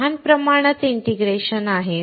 लहान प्रमाणात इंटिग्रेशन आहे